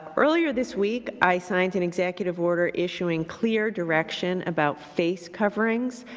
earlier this week i signed and executive order issuing clear direction about face coverings.